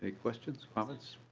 questions comments?